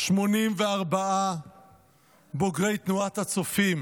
84 בוגרי תנועת הצופים